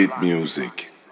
Music